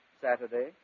Saturday